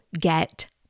get